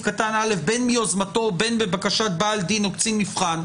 קטן (א) בין מיוזמתו ובין לבקשת בעל דין או קצין מבחן",